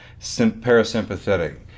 parasympathetic